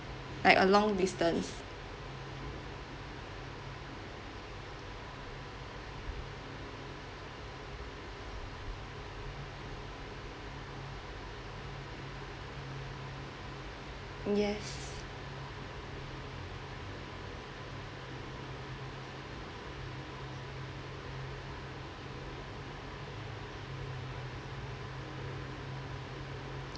like a long distance yes